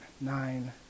nine